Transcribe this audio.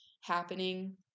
happening